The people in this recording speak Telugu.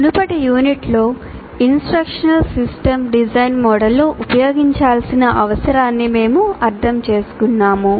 మునుపటి యూనిట్లో ఇన్స్ట్రక్షనల్ సిస్టమ్ డిజైన్ మోడల్ను ఉపయోగించాల్సిన అవసరాన్ని మేము అర్థం చేసుకున్నాము